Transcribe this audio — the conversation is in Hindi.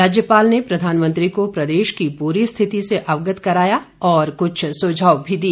राज्यपाल ने प्रधानमंत्री को प्रदेश की पूरी स्थिति से अवगत करवाया और कुछ सुझाव भी दिए